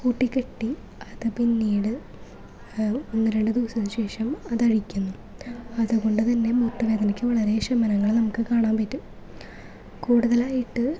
കൂട്ടിക്കെട്ടി അത് പിന്നീട് ഒന്ന് രണ്ട് ദിവസത്തിന് ശേഷം അതഴിക്കുന്നു അതുകൊണ്ട്തന്നെ മുട്ട് വേദനയ്ക്ക് വളരെ ശമനങ്ങള് നമുക്ക് കാണാൻ പറ്റും കൂടുതലായിട്ട്